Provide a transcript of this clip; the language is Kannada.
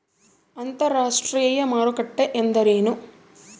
ಅಂತರಾಷ್ಟ್ರೇಯ ಮಾರುಕಟ್ಟೆ ಎಂದರೇನು?